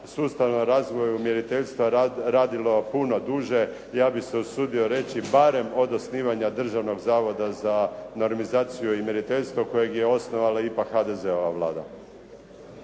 sustavnom razvoju mjeriteljstva radilo puno duže, ja bih se usudio reći barem od osnivanja Državnog zavoda za normizaciju i mjeriteljstvo kojeg je osnovala ipak HDZ-ova Vlada.